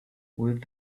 with